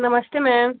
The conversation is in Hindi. नमस्ते मैम